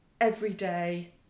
everyday